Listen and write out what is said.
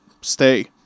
stay